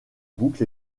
boucle